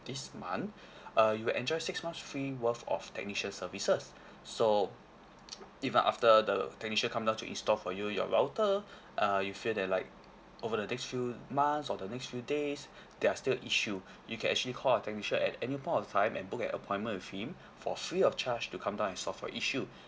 this month uh you will enjoy six months free worth of technician services so even after the technician come down to install for you your router uh you feel that like over the next few months or the next few days there are still issue you can actually call our technician at any point of time and book an appointment with him for free of charge to come down and solve your issue